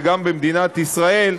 וגם במדינת ישראל,